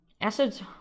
Acids